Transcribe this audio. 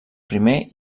primer